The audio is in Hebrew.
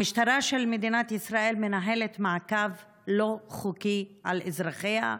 המשטרה של מדינת ישראל מנהלת מעקב לא חוקי על אזרחיה,